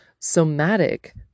somatic